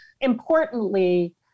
importantly